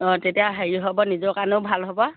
অঁ তেতিয়া হেৰি হ'ব নিজৰ কাৰণেও ভাল হ'ব